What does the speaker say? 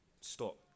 stop